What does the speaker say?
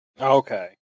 Okay